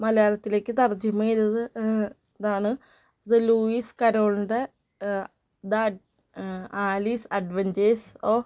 മലയാളത്തിലേക്ക് തർജമചെയ്തത് ഇതാണ് ഇത് ലൂയിസ് കരോളിൻ്റെ ദ ആലീസ് അഡ്വൻചേഴ്സ് ഓഫ്